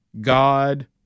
God